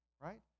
right